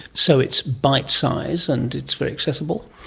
so it's bite-size and it's very accessible.